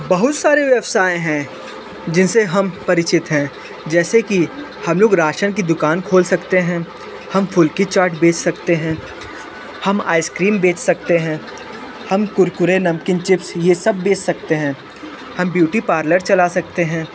बहुत सरे व्यवसाय हैं जिनसे हम परचित हैं जैसे कि हम लोग राशन की दुकान खोल सकते हैं हम फुल्की चाट बेच सकते हैं हम आइसक्रीम बेच सकते हैं हम कुरकुरे नमकीन चिप्स ये सब बेच सकते हैं हम बयूटी पालर चला सकते हैं